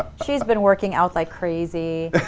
she's been working out like crazy.